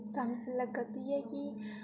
समझ लग्गै दी ऐ कि